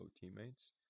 teammates